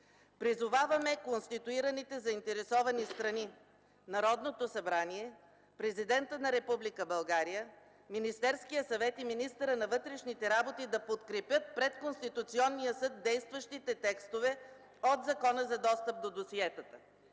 Призоваваме конституираните заинтересовани страни – Народното събрание, Президента на Република България, Министерския съвет и министъра на вътрешните работи да подкрепят пред Конституционния съд действащите текстове от Закона за достъп до досиетата.